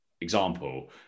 example